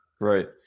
Right